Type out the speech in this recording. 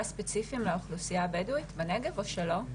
ספציפיים לאוכלוסייה הבדואית בנגב או שלא?